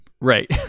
right